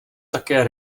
také